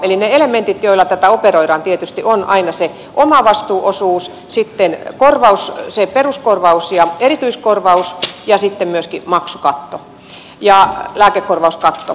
eli ne elementit joilla tätä operoidaan tietysti ovat aina se omavastuuosuus sitten se peruskorvaus ja erityiskorvaus ja sitten myöskin maksukatto ja lääkekorvauskatto